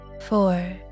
Four